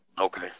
Okay